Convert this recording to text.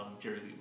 Jerry